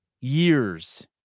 years